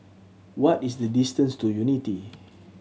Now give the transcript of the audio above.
what is the distance to Unity